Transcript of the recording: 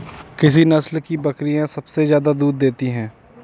किस नस्ल की बकरीयां सबसे ज्यादा दूध देती हैं?